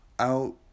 out